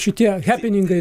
šitie pinigai